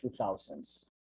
2000s